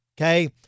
okay